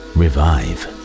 revive